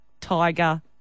Tiger